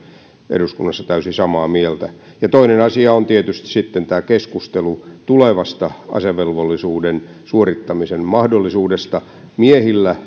eduskunnassa täysin samaa mieltä toinen asia on tietysti tämä keskustelu tulevasta asevelvollisuuden suorittamisen mahdollisuudesta miehillä